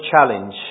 challenge